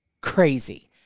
crazy